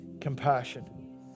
compassion